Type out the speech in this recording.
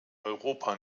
europa